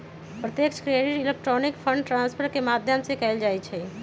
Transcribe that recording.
प्रत्यक्ष credit electronic fund transfer के माध्यम से कएल जाइ छइ